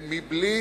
בלי